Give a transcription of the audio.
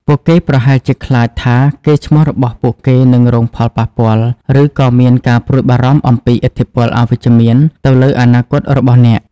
ពួកគេប្រហែលជាខ្លាចថា កេរ្តិ៍ឈ្មោះរបស់ពួកគេនឹងរងផលប៉ះពាល់ ឬក៏មានការព្រួយបារម្ភអំពីឥទ្ធិពលអវិជ្ជមានទៅលើអនាគតរបស់អ្នក។